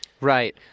Right